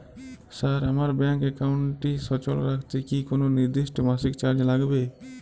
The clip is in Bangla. স্যার আমার ব্যাঙ্ক একাউন্টটি সচল রাখতে কি কোনো নির্দিষ্ট মাসিক চার্জ লাগবে?